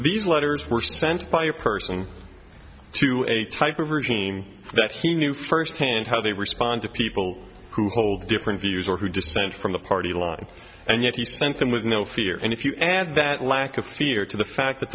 these letters were sent by a person to a type of regime that he knew first hand how they respond to people who hold different views or who dissent from the party line and yet he sent them with no fear and if you add that lack of fear to the fact that